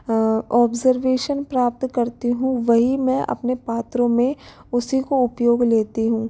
observation प्राप्त करती हूँ वही मैं अपने पात्रों में उसी को उपयोग लेती हूँ